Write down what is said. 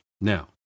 Now